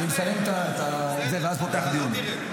אני מסיים את זה, ואז פותח דיון.